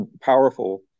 powerful